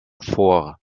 vor